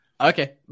okay